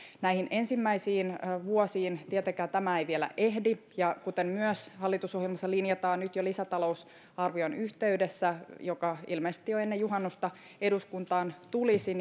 näihin ensimmäisiin vuosiin tietenkään tämä ei vielä ehdi ja kuten myös hallitusohjelmassa linjataan nyt jo lisätalousarvion yhteydessä joka ilmeisesti jo ennen juhannusta eduskuntaan tulisi